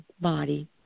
body